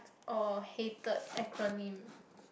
or hated acronym